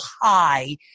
high